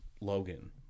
Logan